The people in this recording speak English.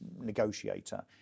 negotiator